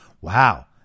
Wow